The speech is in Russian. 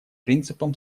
принципом